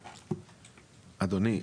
אדוני,